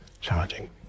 charging